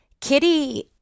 Kitty